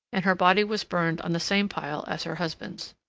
and her body was burned on the same pile as her husband's.